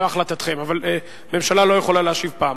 החלטתכם, אבל הממשלה לא יכולה להשיב פעמיים.